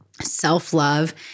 self-love